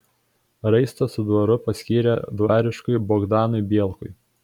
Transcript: raistą su dvaru paskyrė dvariškiui bogdanui bielkui